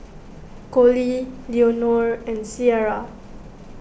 Colie Leonore and Ciera